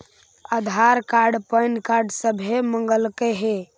आधार card PAN card सभे मगलके हे?